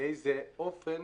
באיזה אופן